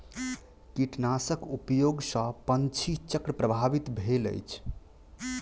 कीटनाशक उपयोग सॅ पंछी चक्र प्रभावित भेल अछि